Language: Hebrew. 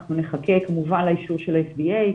אנחנו נחכה כמובן לאישור של ה-FDA,